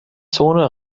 zone